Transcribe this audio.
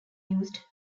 used